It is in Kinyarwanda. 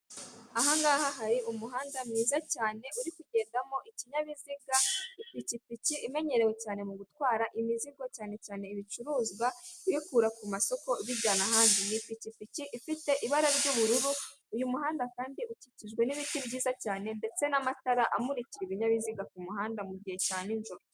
Aha ngaha hari umuhanda mwiza cyane uri kugendamo iki nyabiziga, pikipiki imenyerewe cyane mu gutwara imizigo cyane cyane ibicuruzwa bikura ku masoko ibijyana ahandi ni ipikipiki ifite ibara ry'ubururu uyu muhanda kandi ukikijwe n'ibiti byiza cyane ndetse n'amatara amuririka ibinyabiziga kumuhanda mugihe cya n’ ijoro.